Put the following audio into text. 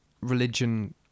religion